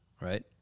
Right